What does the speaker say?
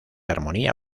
armonía